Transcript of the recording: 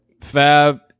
Fab